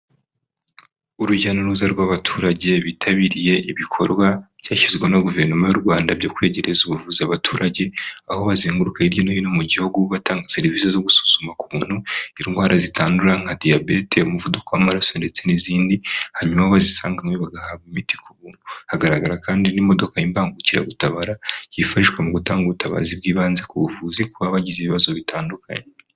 Urujya n'uruza rw'abaturage bitabiriye ibikorwa byashyizweho na Guverinoma y'u Rwanda byo kwegereza ubuvuzi abaturage, aho bazenguruka hirya no hino mu gihugu batanga serivisi zo gusuzuma ku muntu indwara zitandura nka Diabete, umuvuduko w'amaraso ndetse n'izindi, hanyuma abazisanganywe bagahabwa imiti ku buntu, hagaragara kandi n'imodoka y'imbangukiragutabara yifashishwa mu gutanga ubutabazi bw'ibanze ku buvuzi, ku bagize ibibazo bitandukanye.